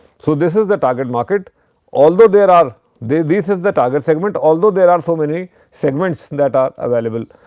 so, this is the target market although there are the this is the target segment although there are so many segments that are available.